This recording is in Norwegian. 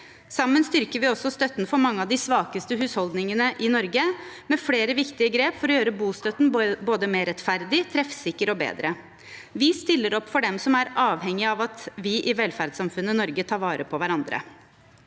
Sammen styrker vi også støtten for mange av de svakeste husholdningene i Norge, med flere viktige grep for å gjøre bostøtten både mer rettferdig, treffsikker og bedre. Vi stiller opp for dem som er avhengige av at vi i velferdssamfunnet Norge tar vare på hverandre.